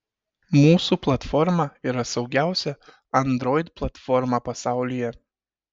mūsų platforma yra saugiausia android platforma pasaulyje